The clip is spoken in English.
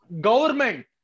government